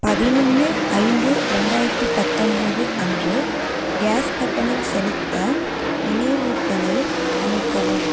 பதினொன்று ஐந்து ரெண்டாயிரத்தி பத்தொன்போது அன்று கேஸ் கட்டணம் செலுத்த நினைவூட்டலை அமைக்கவும்